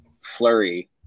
Flurry